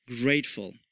grateful